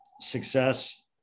success